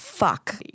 Fuck